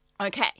Okay